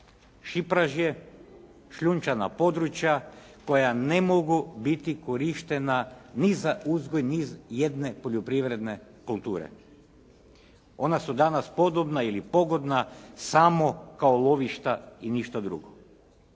šipražje, šljunčana područja koja ne mogu biti korištena ni za uzgoj niz jedne poljoprivredne kulture. Ona su danas podobna ili pogodna samo kao lovišta i ništa drugo.